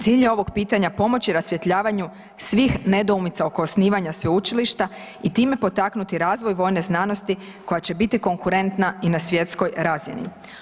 Cilj je ovog pitanja pomoći rasvjetljavanju svih nedoumica oko osnivanja sveučilišta i time potaknuti razvoj vojne znanosti koja će biti konkurentna i na svjetskoj razini.